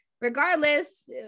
regardless